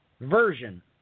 version